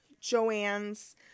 Joanne's